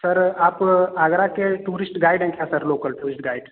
sir आप आगरा के tourist guide हैं क्या सर लोकल टूरिस्ट गाइड